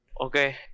Okay